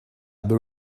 but